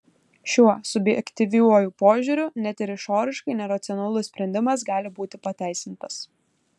šiuo subjektyviuoju požiūriu net ir išoriškai neracionalus sprendimas gali būti pateisintas